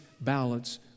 ballots